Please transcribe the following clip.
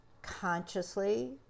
consciously